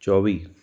ਚੌਵੀ